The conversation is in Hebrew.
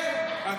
בבקשה לא להפריע.